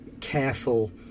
careful